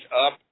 up